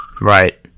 Right